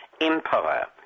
empire